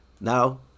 now